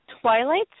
Twilight